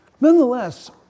Nonetheless